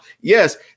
Yes